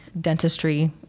dentistry